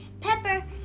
Pepper